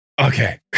okay